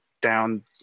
down